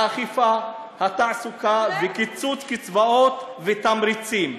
האכיפה, התעסוקה, קיצוץ קצבאות ותמריצים.